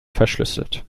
verschlüsselt